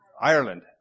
Ireland